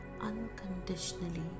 unconditionally